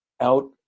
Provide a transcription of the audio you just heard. out